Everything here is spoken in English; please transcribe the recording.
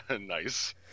Nice